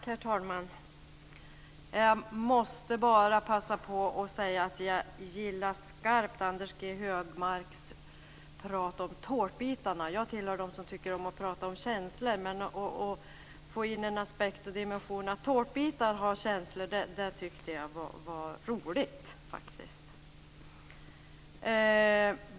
Herr talman! Jag måste bara passa på att säga att jag skarpt gillar Anders G Högmarks prat om tårtbitarna. Jag tillhör dem som tycker om att prata om känslor. Att någon får in dimensionen att tårtbitar har känslor tyckte jag var roligt.